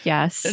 Yes